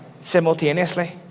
simultaneously